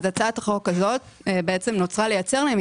והצעת החוק הזאת נוצרה כדי לייצר להם